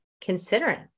considering